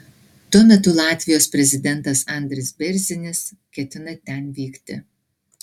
tuo metu latvijos prezidentas andris bėrzinis ketina ten vykti